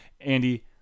Andy